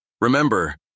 Remember